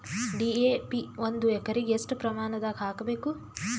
DAP ಒಂದು ಎಕರಿಗ ಎಷ್ಟ ಪ್ರಮಾಣದಾಗ ಹಾಕಬೇಕು?